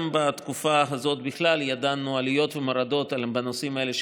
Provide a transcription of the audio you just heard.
גם בתקופה הזאת ידענו עליות ומורדות בנושאים האלה,